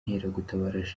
w’inkeragutabara